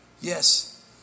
Yes